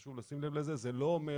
חשוב לשים לב לזה אבל זה לא אומר